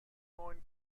neuen